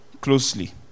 closely